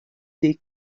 des